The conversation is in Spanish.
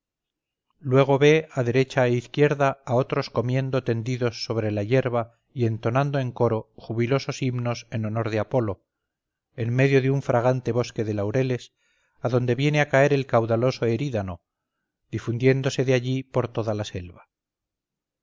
luego ve a derecha e izquierda a otros comiendo tendidos sobre la hierba y entonando en coro jubiloso himnos en honor de apolo en medio de un fragante bosque de laureles adonde viene a caer el caudaloso erídano difundiéndose de allí por toda la selva